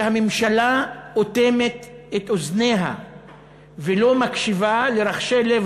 שהממשלה אוטמת את אוזניה ולא מקשיבה לרחשי לב